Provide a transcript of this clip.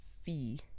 see